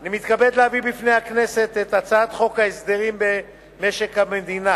אני מתכבד להביא בפני הכנסת את הצעת חוק הסדרים במשק המדינה